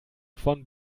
von